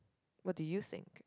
what do you think